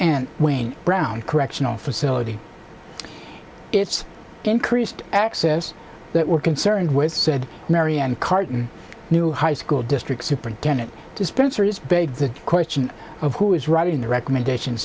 and when brown correctional facility it's increased access that we're concerned with said marion carton new high school district superintendent dispensers begs the question of who is writing the recommendation